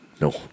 No